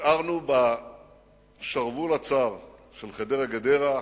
נשארנו בשרוול הצר של חדרה גדרה,